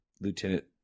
Lieutenant